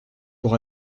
pour